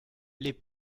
les